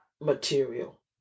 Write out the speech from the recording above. material